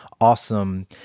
awesome